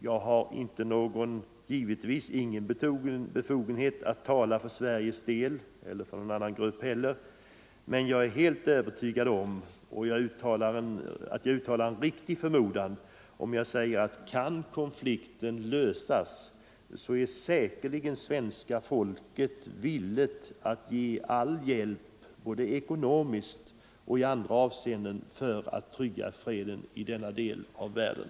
Jag Mellersta Östern, har givetvis ingen befogenhet att tala för svenska folket eller ens för — m.m. någon annan grupp, men jag är helt övertygad om att jag uttalar en riktig förmodan om jag säger: Kan konflikten lösas, så är säkerligen svens ka folket villigt att ge all hjälp, både ekonomiskt och på annat sätt, för att bygga upp freden i denna del av världen.